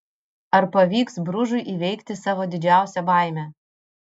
ar pavyks bružui įveikti savo didžiausią baimę